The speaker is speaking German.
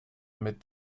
mit